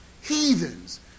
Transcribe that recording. heathens